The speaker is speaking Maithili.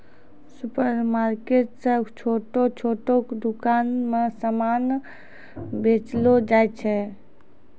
सुपरमार्केट से छोटो छोटो दुकान मे समान भेजलो जाय छै